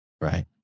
Right